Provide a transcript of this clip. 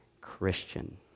Christian